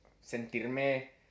sentirme